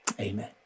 amen